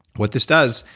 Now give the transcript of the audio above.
what this does,